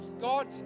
God